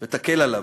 ותקל עליו.